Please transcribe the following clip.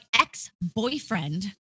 ex-boyfriend